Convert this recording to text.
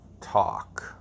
talk